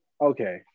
Okay